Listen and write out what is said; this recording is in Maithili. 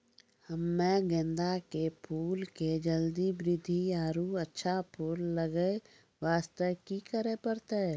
हम्मे गेंदा के फूल के जल्दी बृद्धि आरु अच्छा फूल लगय वास्ते की करे परतै?